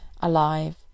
alive